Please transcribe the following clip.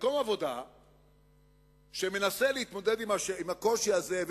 מקום עבודה שמנסה להתמודד עם הקושי הזה,